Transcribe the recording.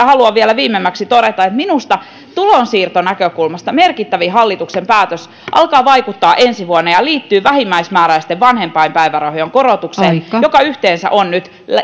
haluan vielä viimeimmäksi todeta että minusta tulonsiirtonäkökulmasta merkittävin hallituksen päätös alkaa vaikuttaa ensi vuonna ja liittyy vähimmäismääräisten vanhempainpäivärahojen korotukseen joka yhteensä on nyt